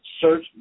search